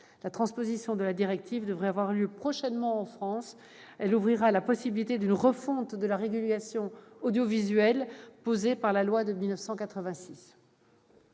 La transposition de cette directive devrait avoir lieu prochainement en France : elle ouvrira la possibilité d'une refonte de la régulation audiovisuelle, qui est issue de la loi de 1986.